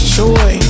joy